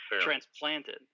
transplanted